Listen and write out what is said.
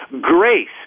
Grace